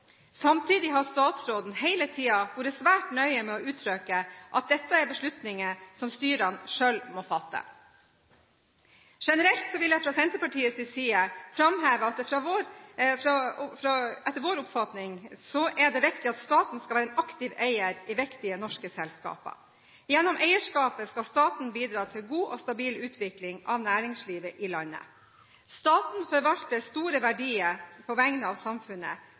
Samtidig har statsråden hele tiden vært svært nøye med å uttrykke at dette er beslutninger som styrene selv må fatte. Generelt vil jeg fra Senterpartiets side framheve at det etter vår oppfatning er viktig at staten skal være en aktiv eier i viktige norske selskaper. Gjennom eierskapet skal staten bidra til god og stabil utvikling av næringslivet i landet. Staten forvalter store verdier på vegne av samfunnet.